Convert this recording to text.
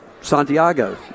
santiago